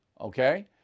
Okay